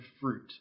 fruit